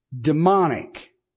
demonic